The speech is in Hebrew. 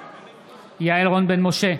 בעד יעל רון בן משה,